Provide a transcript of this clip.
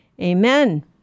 Amen